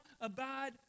abide